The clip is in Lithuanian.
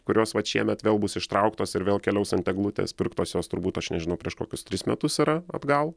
kurios vat šiemet vėl bus ištrauktos ir vėl keliaus ant eglutės pirktos jos turbūt aš nežinau prieš kokius tris metus yra atgal